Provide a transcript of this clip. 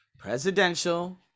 presidential